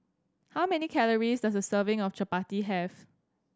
how many calories does a serving of Chappati have